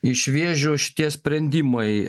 iš vėžių šitie sprendimai